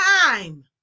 time